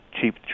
Cheap